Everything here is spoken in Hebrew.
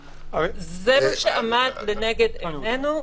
שעמד לנגד עינינו.